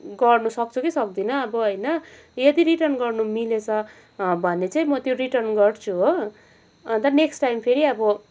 गर्न सक्छु कि सक्दिन अब होइन यदि रिटर्न गर्न मिलेछ भने चाहिँ म त्यो रिटर्न गर्छु हो अन्त नेक्स्ट टाइम फेरि अब